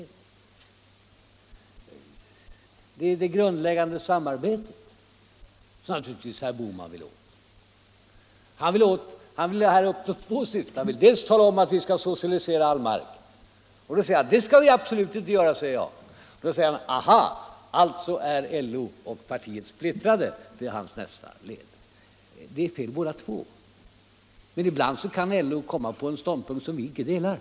Det är naturligtvis det grundläggande samarbetet som herr Bohman vill åt. Han vill uppnå två syften. Han vill tala om att vi skall socialisera all mark, och då säger jag att det skall vi absolut inte göra. Då säger herr Bohman: ”Aha, alltså är LO och partiet splittrade!” Det är fel. Men ibland kan LO ha en ståndpunkt som vi inte delar.